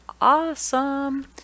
Awesome